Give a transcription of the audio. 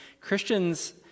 Christians